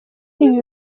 ibi